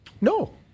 No